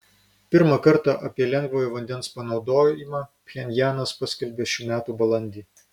pirmą kartą apie lengvojo vandens panaudojimą pchenjanas paskelbė šių metų balandį